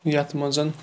یتھ مَنز